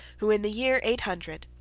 who, in the year eight hundred,